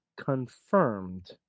confirmed